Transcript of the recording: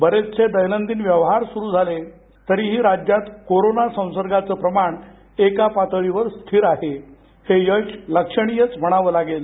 बरेचसे दैनंदिन व्यवहार सुरू झाले तरीही राज्यात कोरोना संसर्गाचं प्रमाण एका पातळीवर स्थीर आहे हे यश लक्षणीयच म्हणावं लागेल